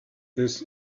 this